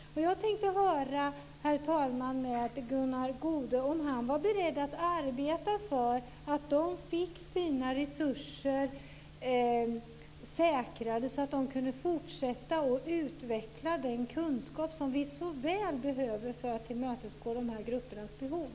Jag tänkte höra, herr talman, med Gunnar Goude om han är beredd att arbeta för att de ska få sina resurser säkrade, så att de kan fortsätta att utveckla den kunskap som vi så väl behöver för att tillmötesgå dessa gruppers behov.